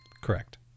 Correct